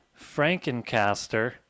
Frankencaster